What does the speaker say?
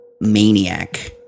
maniac